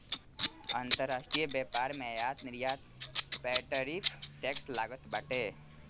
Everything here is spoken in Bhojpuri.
अंतरराष्ट्रीय व्यापार में आयात निर्यात पअ टैरिफ टैक्स लागत बाटे